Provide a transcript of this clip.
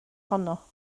honno